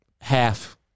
Half